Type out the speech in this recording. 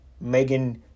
Megan